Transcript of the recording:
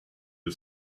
you